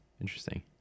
Interesting